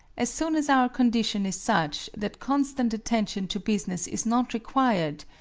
as soon as our condition is such that constant attention to business is not required,